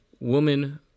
woman